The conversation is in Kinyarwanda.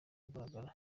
ahagaragara